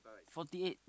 forty eight